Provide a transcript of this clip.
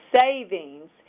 savings